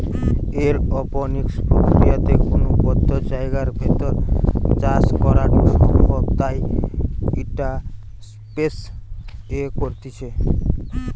aeroponics প্রক্রিয়াতে কোনো বদ্ধ জায়গার ভেতর চাষ করাঢু সম্ভব তাই ইটা স্পেস এ করতিছে